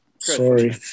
Sorry